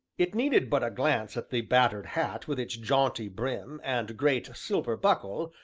it needed but a glance at the battered hat with its jaunty brim, and great silver buckle,